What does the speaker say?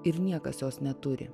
ir niekas jos neturi